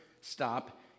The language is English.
stop